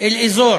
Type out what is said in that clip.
אל אזור